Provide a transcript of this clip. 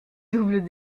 doubles